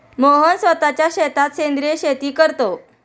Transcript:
मोहन स्वतःच्या शेतात सेंद्रिय शेती करतो